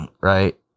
Right